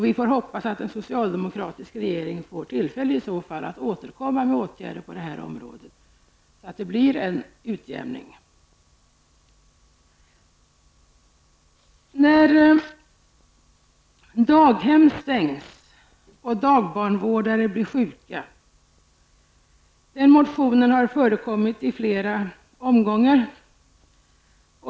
Vi får hoppas att den socialdemokratiska regeringen i så fall får tillfälle att återkomma med åtgärder på det här området så att det blir en utjämning. Motionen som tar upp frågan om när daghem stängs och dagbarnvårdare blir sjuka har förekommit i flera omgångar.